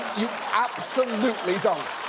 absolutely don't.